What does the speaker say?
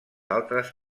altres